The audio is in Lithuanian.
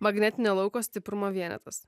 magnetinio lauko stiprumo vienetas